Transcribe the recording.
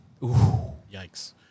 Yikes